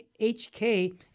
HK